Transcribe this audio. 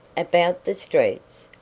about the streets?